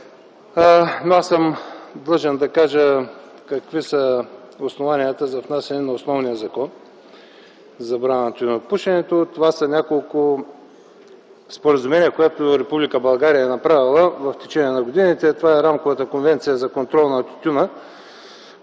аз съм длъжен да кажа какви са основанията за внасяне на основния закон за забрана на тютюнопушенето. Това са няколко споразумения, които Република България е направила в течение на годините. Това е Рамковата конвенция за контрол на тютюна